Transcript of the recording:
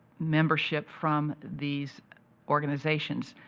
membership from these organizations.